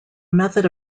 method